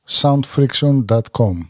soundfriction.com